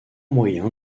moyen